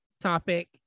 topic